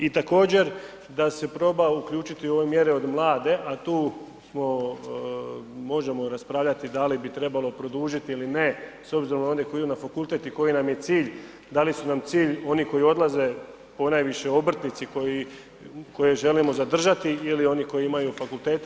I također da se proba uključiti u ove mjere od mlade, a tu možemo raspravljati da li bi trebalo produžiti ili ne s obzirom na one koji idu na fakultet i koji nam je cilj, dali su nam cilj oni koji odlaze ponajviše obrtnici koje želimo zadržati ili oni koji imaju fakultete.